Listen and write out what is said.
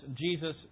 Jesus